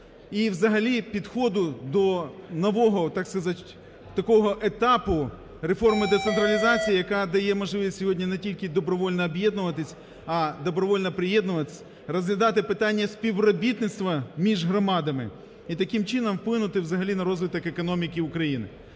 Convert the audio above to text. і взагалі підходу до нового, так сказати, такого етапу реформу децентралізації, яка дає можливість сьогодні не тільки добровільно об'єднуватись, а добровільно приєднуватись, розглядати питання співробітництва між громадами і таким чином вплинути взагалі на розвиток економіки України.